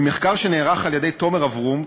ממחקר שנערך על-ידי אברום תומר,